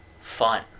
fun